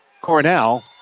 Cornell